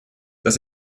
das